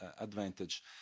advantage